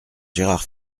gérard